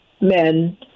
men